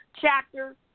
chapter